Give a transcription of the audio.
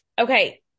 okay